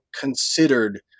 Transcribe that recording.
considered